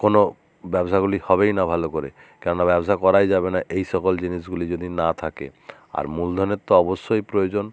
কোনো ব্যবসাগুলি হবেই না ভালো করে কেননা ব্যবসা করাই যাবে না এই সকল জিনিসগুলি যদি না থাকে আর মূলধনের তো অবশ্যই প্রয়োজন